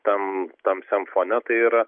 tam tamsiam fone tai yra